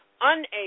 unable